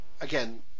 again